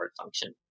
function